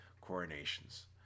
coronations